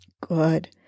Good